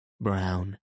brown